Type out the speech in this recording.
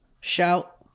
Shout